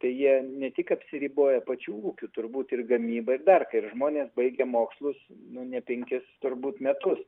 tai jie ne tik apsiriboja pačių ūkių turbūt ir gamyba dar ir žmonės baigę mokslus nu ne penkis turbūt metus